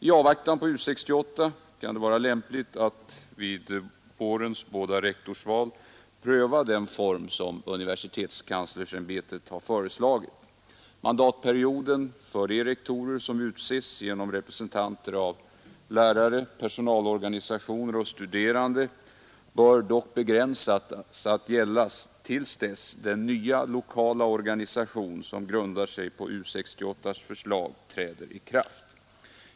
I avvaktan på U 68 kan det vara lämpligt att vid vårens båda rektorsval pröva den form som universitetskanslersämbetet föreslagit. Mandatperioden för de rektorer som utses av representanter för lärare, personalorganisationer och studerande bör dock begränsas så att den upphör när den nya lokala organisation, som grundar sig på U 68 förslag, träder i kraft.